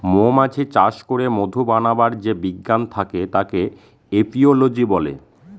মৌমাছি চাষ করে মধু বানাবার যে বিজ্ঞান থাকে তাকে এপিওলোজি বলে